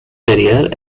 career